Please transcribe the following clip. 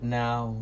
now